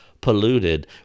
polluted